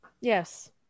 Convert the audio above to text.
Yes